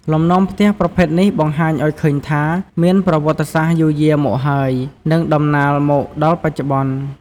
លំនាំផ្ទះប្រភេទនេះបង្ហាញឲ្យឃើញថា មានប្រវត្តិសាស្ត្រយូរយារមកហើយ និងតំណាលមកដល់បច្ចុប្បន្ន។